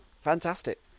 fantastic